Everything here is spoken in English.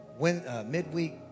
midweek